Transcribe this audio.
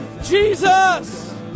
Jesus